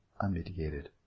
unmitigated